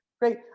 great